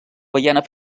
guaiana